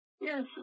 Yes